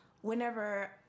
whenever